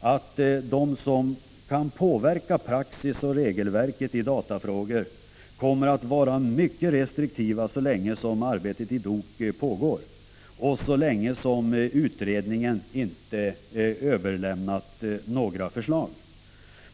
att de som kan påverka praxis och regelverk när det gäller datafrågor kommer att vara mycket restriktiva så länge arbetet i DOK pågår och så länge utredningen inte har överlämnat några förslag.